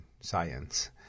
science